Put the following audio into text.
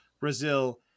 brazil